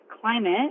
climate